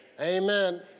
Amen